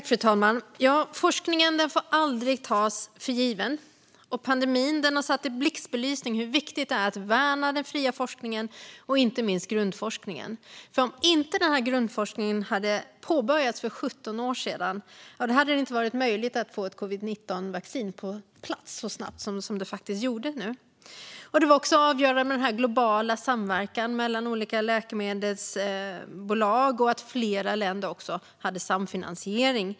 Fru talman! Forskningen får aldrig tas för given. Pandemin har satt i blixtbelysning hur viktigt det är att värna den fria forskningen och inte minst grundforskningen. Utan den grundforskning som påbörjades för 17 år sedan hade det inte varit möjligt att få ett covid-19-vaccin på plats så snabbt. Det var också avgörande med den globala samverkan mellan läkemedelsbolag som skedde och att flera länder hade samfinansiering.